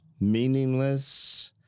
meaningless